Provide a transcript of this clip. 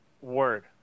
Word